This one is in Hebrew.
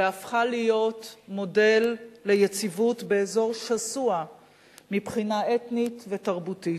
והיא הפכה להיות מודל ליציבות באזור שסוע מבחינה אתנית ותרבותית.